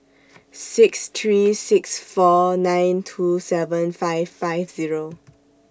six three six four nine two seven five five Zero